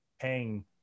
paying